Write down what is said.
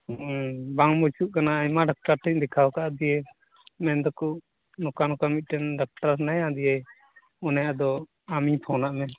ᱦᱩᱢ ᱵᱟᱝ ᱢᱚᱡᱚᱜ ᱠᱟᱱᱟ ᱟᱭᱢᱟ ᱰᱟᱠᱛᱟᱨ ᱴᱷᱮᱱᱤᱧ ᱫᱮᱠᱷᱟᱣ ᱟᱠᱟᱫᱟ ᱫᱤᱭᱮ ᱢᱮᱱᱫᱟᱠᱚ ᱱᱚᱠᱟ ᱱᱚᱠᱟ ᱢᱤᱫᱴᱟᱝ ᱰᱟᱠᱴᱟᱨ ᱦᱮᱱᱟᱭᱟ ᱫᱤᱭᱮ ᱚᱱᱮ ᱟᱫᱚ ᱟᱢᱤᱧ ᱯᱷᱳᱱᱟᱜ ᱢᱮ